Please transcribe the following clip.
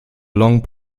long